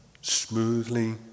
smoothly